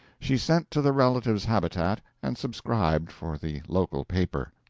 she sent to the relative's habitat and subscribed for the local paper.